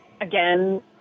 again